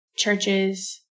churches